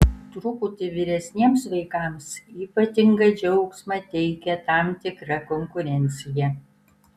truputį vyresniems vaikams ypatingą džiaugsmą teikia tam tikra konkurencija